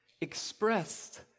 expressed